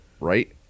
Right